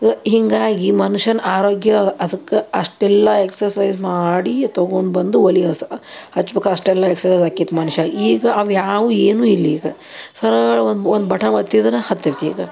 ಹಿಂಗಾಗಿ ಮನ್ಷನ ಆರೋಗ್ಯ ಅದಕ್ಕೆ ಅಷ್ಟೆಲ್ಲ ಎಕ್ಸಸೈಜ್ ಮಾಡಿ ತಗೊಂಡ್ಬಂದು ಒಲೆ ಹಸ ಹಚ್ಚಬೇಕು ಅಷ್ಟೆಲ್ಲ ಎಕ್ಸಸೈಜ್ ಹಾಕಿತ್ತು ಮನುಷ್ಯ ಈಗ ಅವು ಯಾವೂ ಏನು ಇಲ್ಲ ಈಗ ಸರಳ ಒನ್ ಒನ್ ಬಟನ್ ಒತ್ತಿದ್ರೆ ಹತ್ತತ್ತೀಗ